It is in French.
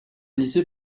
lycée